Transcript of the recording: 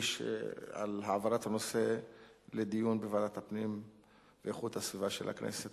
על העברת הנושא לדיון בוועדת הפנים ואיכות הסביבה של הכנסת.